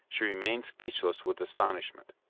she remained speechless with astonishment.